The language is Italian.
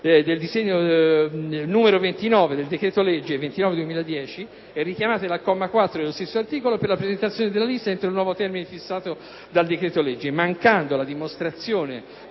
1, comma 1, del decreto-legge n. 29 del 2010 e richiamate dal comma 4 dello stesso articolo per la presentazione della lista entro il nuovo termine fissato dal decreto-legge, mancando la dimostrazione